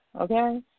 Okay